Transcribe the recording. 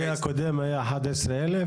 השיא הקודם היה 11,000?